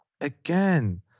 again